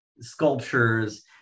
sculptures